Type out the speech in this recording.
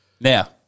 Now